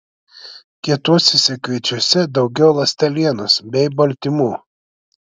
kietuosiuose kviečiuose daugiau ląstelienos bei baltymų